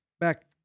back